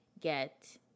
get